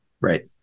Right